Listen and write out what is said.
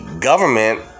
government